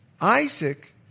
Isaac